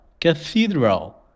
Cathedral